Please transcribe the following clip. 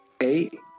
Eight